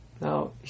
Now